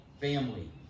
family